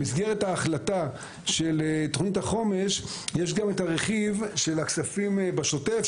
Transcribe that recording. במסגרת ההחלטה של תוכנית החומש יש גם את הרכיב של הכספים בשוטף,